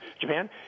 Japan